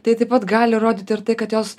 tai taip pat gali rodyt ir tai kad jos